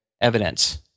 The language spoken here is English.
evidence